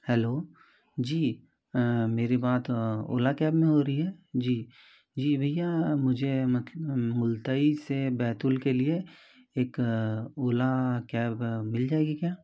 hello जी मेरी बात ओला कैब में हो रही है जी जी भैया मुझे मुलतई से बैतूल के लिए एक ओला कैब मिल जाएगी क्या